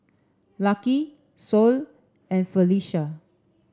Lucky Sol and Felisha